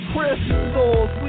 Crystals